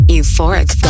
Euphoric